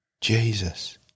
Jesus